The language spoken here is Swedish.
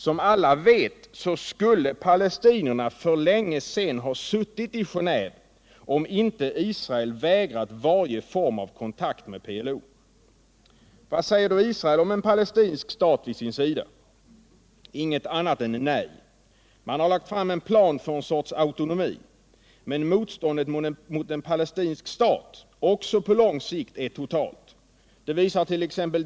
Som alla vet skulle palestinierna för länge sedan ha suttit i Genéve om inte Israel vägrat varje form av kontakt med PLO. Vad säger då Israel om en palestinsk stat vid sin sida? Inget annat än nej. Man har lagt fram en plan för viss autonomi. Men motståndet mot en palestinsk stat — också på lång sikt — är totalt. Det visart.ex.